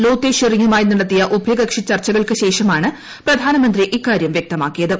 ലോത്തേ ഷെറിംഗുമായി നടത്തിയ ഉഭയകക്ഷി ചർച്ചകൾക്കുശേഷമാണ് പ്രധാനമന്ത്രി ഇക്കാര്യം വ്യക്തമാക്കിയത്